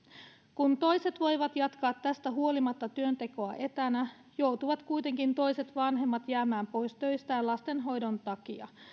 kun toiset voivat jatkaa tästä huolimatta työntekoa etänä joutuvat kuitenkin toiset vanhemmat jäämään pois töistään lastenhoidon takia